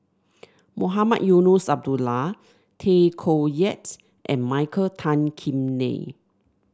Mohamed Eunos Abdullah Tay Koh Yat and Michael Tan Kim Nei